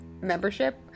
membership